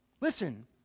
Listen